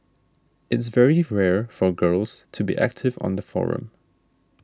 it's very rare for girls to be active on the forum